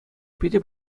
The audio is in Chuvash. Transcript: питӗ